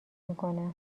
میکنم